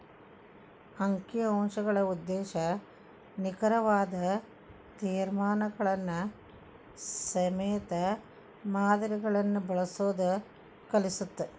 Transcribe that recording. ಅಂಕಿ ಅಂಶಗಳ ಉದ್ದೇಶ ನಿಖರವಾದ ತೇರ್ಮಾನಗಳನ್ನ ಸೇಮಿತ ಮಾದರಿಗಳನ್ನ ಬಳಸೋದ್ ಕಲಿಸತ್ತ